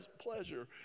pleasure